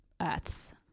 Earths